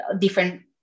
different